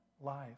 life